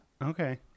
Okay